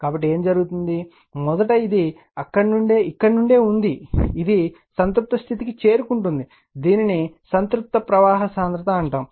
కాబట్టి ఏమి జరుగుతుందో మొదట ఇది ఇక్కడి నుండే ఉంది ఇది సంతృప్త స్థితికి చేరుకుంటుంది దీనిని సంతృప్త ప్రవాహ సాంద్రత అంటారు